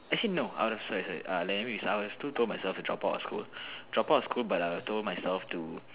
actually no I would have sorry sorry err anyways I would still told myself to drop out of school drop out of school but I would have told myself too